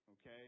okay